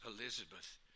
Elizabeth